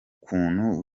kuntu